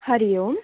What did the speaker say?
हरिः ओम्